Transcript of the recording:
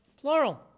plural